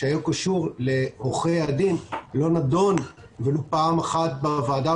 שהיה קשור לעורכי הדין לא נידון ולו פעם אחת בוועדה,